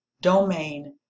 domain